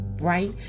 Right